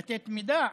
לתת מידע